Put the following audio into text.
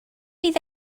bydd